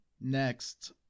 Next